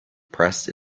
pressed